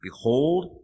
Behold